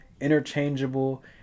interchangeable